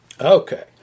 Okay